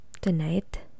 Tonight